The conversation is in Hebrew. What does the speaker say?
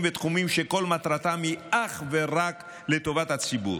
ותחומים שכל מטרתם היא אך ורק לטובת הציבור,